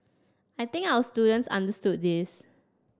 I think our students understood this